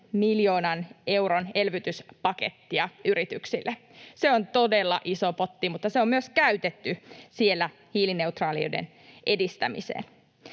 miljoonan euron elvytyspakettia yrityksille. Se on todella iso potti, mutta se on myös käytetty siellä hiilineutraaliuden edistämiseen.